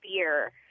beer